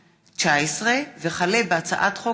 פ/5019/20 וכלה בהצעת חוק